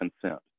consent